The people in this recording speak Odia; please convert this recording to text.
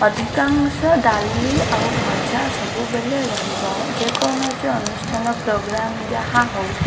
ଅଧିକାଂଶ ଡାଲି ଆଉ ଭଜା ସବୁବେଳେ ରହିବ ଯେକୌଣସି ଅନୁଷ୍ଠାନ ପ୍ରୋଗ୍ରାମ୍ ଯାହା ହଉ